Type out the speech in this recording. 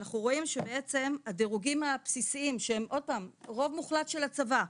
אנחנו רואים שבעצם הדירוגים הבסיסיים שהם רוב מוחלט של הצבא,